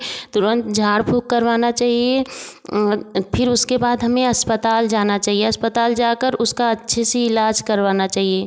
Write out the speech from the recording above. तुरंत झाड़ फूंक करवाना चहिए फिर उसके बाद हमें अस्पताल जाना चहिए अस्पताल जाकर उसका अच्छे से इलाज करवाना चाहिए